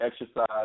exercise